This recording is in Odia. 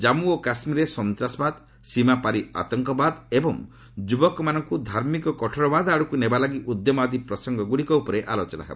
ଜାମ୍ଗୁ ଓ କାଶ୍ମୀରରେ ସନ୍ତାସବାଦ ସୀମାପାରି ଆତଙ୍କବାଦ ଏବଂ ଯୁବକମାନଙ୍କୁ ଧାର୍ମିକ କଠୋରବାଦ ଆଡ଼କୁ ନେବା ଲାଗି ଉଦ୍ୟମ ଆଦି ପ୍ରସଙ୍ଗ ଗୁଡ଼ିକ ଉପରେ ଆଲୋଚନା ହେବ